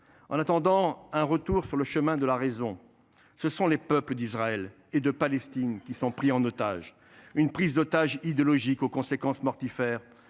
En attendant un retour sur le chemin de la raison, ce sont les peuples d’Israël et de Palestine qui sont pris en otages. Cette prise d’otages idéologique est lourde de conséquences mortifères.